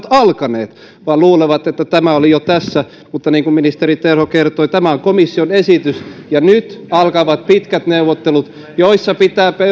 alkaneet vaan luulevat että tämä oli jo tässä mutta niin kuin ministeri terho kertoi tämä on komission esitys ja nyt alkavat pitkät neuvottelut joissa pitää